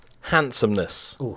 handsomeness